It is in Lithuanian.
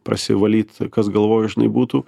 prasivalyt kas galvoj žinai būtų